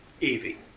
Evie